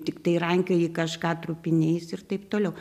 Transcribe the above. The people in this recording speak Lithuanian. tiktai rankioji kažką trupiniais ir taip toliau